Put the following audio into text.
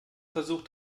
versucht